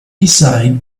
decide